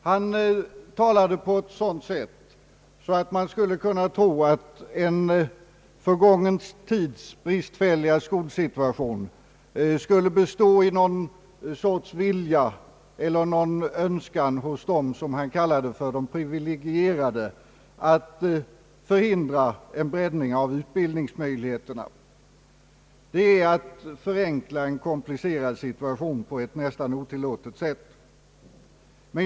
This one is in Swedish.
Han talade på ett sätt som gjorde att man skulle kunna tro att en förgången tids bristfälliga skolsituation skulle bestå i någon sorts vilja eller önskan hos dem som han kallade för de priviligierade att förhindra en breddning av utbildningsmöjligheterna. Det är att förenkla en komplicerad situation på ett nästan otillåtet sätt.